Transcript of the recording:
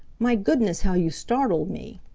my goodness, how you startled me!